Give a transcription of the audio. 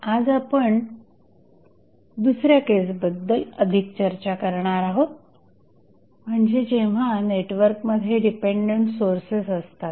आज आपण दुसऱ्या केसबद्दल अधिक चर्चा करणार आहोत म्हणजे जेव्हा नेटवर्कमध्ये डिपेंडंट सोर्सेस असतात